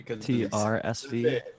T-R-S-V